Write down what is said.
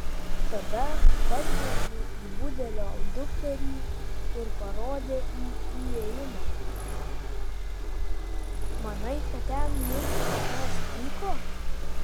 tada pažvelgė į budelio dukterį ir parodė į įėjimą manai kad ten mūsų kas nors tyko